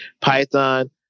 Python